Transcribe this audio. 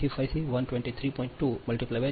તેથી ફરીથી તે 123